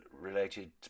related